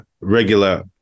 regular